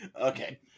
Okay